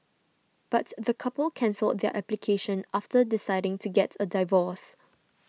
but the couple cancelled their application after deciding to get a divorce